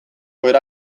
ohera